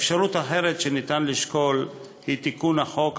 אפשרות אחרת שניתן לשקול היא תיקון החוק,